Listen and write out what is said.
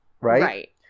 Right